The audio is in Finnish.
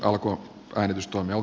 arvoisa puhemies